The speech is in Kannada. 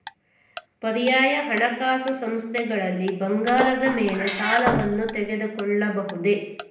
ಪರ್ಯಾಯ ಹಣಕಾಸು ಸಂಸ್ಥೆಗಳಲ್ಲಿ ಬಂಗಾರದ ಮೇಲೆ ಸಾಲವನ್ನು ತೆಗೆದುಕೊಳ್ಳಬಹುದೇ?